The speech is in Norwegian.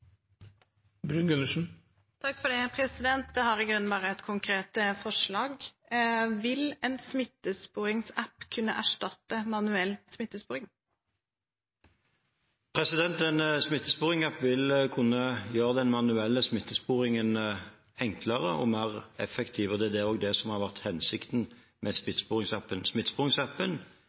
har i grunnen bare ett konkret spørsmål: Vil en smittesporingsapp kunne erstatte manuell smittesporing? En smittesporingsapp vil kunne gjøre den manuelle smittesporingen enklere og mer effektiv. Det er det som også har vært hensikten med